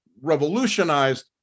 revolutionized